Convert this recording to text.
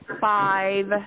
five